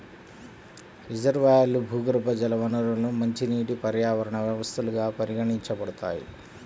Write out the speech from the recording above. రిజర్వాయర్లు, భూగర్భజల వనరులు మంచినీటి పర్యావరణ వ్యవస్థలుగా పరిగణించబడతాయి